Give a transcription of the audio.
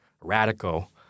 radical